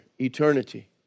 eternity